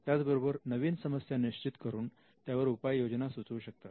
त्याचबरोबर नवीन समस्या निश्चित करून त्यावर उपाय योजना सुचवू शकतात